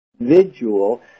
individual